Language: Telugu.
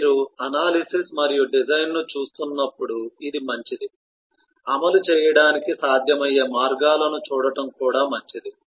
మీరు అనాలిసిస్ మరియు డిజైన్ ను చూస్తున్నప్పుడు ఇది మంచిది అమలు చేయడానికి సాధ్యమయ్యే మార్గాలను చూడటం కూడా మంచిది